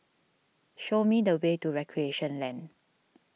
show me the way to Recreation Lane